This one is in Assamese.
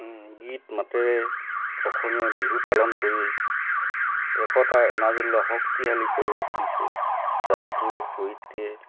গীত মাতেৰে অসমীয়াই বিহু পালন কৰি একতাৰ এনাদোলেৰে শক্তিশালী কৰি ৰাখিছে জাতিটোৰ সৈতে